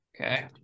Okay